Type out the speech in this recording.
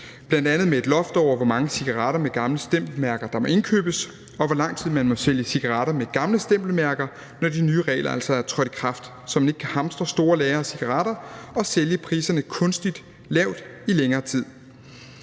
bl.a. med et loft over, hvor mange cigaretter med gamle stempelmærker der må indkøbes, og hvor lang tid man må sælge cigaretter med gamle stempelmærker, når de nye regler altså er trådt i kraft, så man ikke kan hamstre store lagre af cigaretter og sætte priserne kunstigt lavt i længere tid.